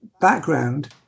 background